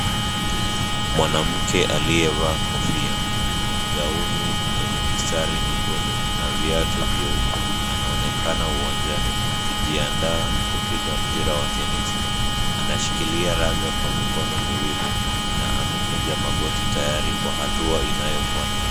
Mwanamke aliyevaa kofia, gauni lenye mistari nyekundu na viatu vyeupe anaonekana uwanjani akijiandaa kupiga mpira wa tenisi, anashikilia raga kwa mikono miwili na amekunja magoti tayari kwa hatua inayofuata.